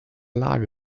lage